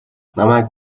намайг